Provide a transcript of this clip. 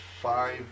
five